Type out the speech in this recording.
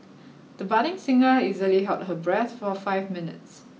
the budding singer easily held her breath for five minutes